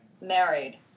married